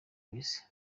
wese